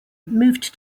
moved